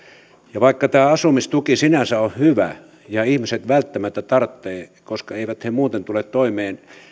vaikka tämä asumistuki sinänsä on hyvä ja ihmiset välttämättä tarvitsevat koska eivät he muuten tule toimeen